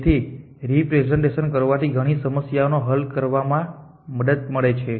તેથી રેપ્રેસેંટેશન કરવાથી ઘણીવાર સમસ્યા હલ કરવામાં મદદ મળે છે